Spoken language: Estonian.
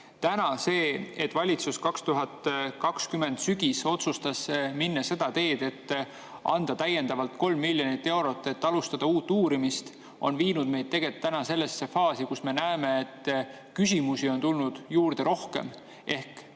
vastuseid. Valitsus 2020 sügisel otsustas minna seda teed, et anda täiendavalt 3 miljonit eurot, alustamaks uut uurimist. See on viinud meid täna sellesse faasi, kus me näeme, et küsimusi on tulnud juurde rohkem ehk